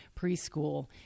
preschool